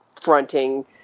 fronting